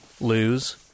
lose